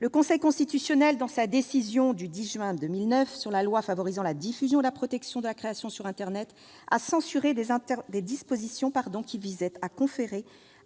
Le Conseil constitutionnel, dans sa décision du 10 juin 2009 sur la loi favorisant la diffusion et la protection de la création sur internet, a censuré des dispositions qui visaient à conférer